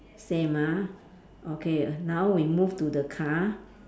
same ah okay now we move to the car